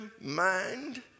mind